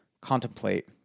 contemplate